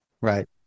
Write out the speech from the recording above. Right